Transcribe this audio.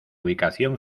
ubicación